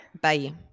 Bye